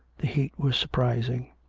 the heat was surprising.